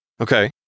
Okay